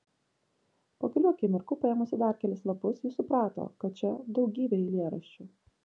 po kelių akimirkų paėmusi dar kelis lapus ji suprato kad čia daugybė eilėraščių